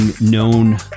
known